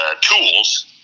tools